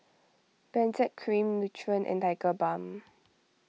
Benzac Cream Nutren and Tigerbalm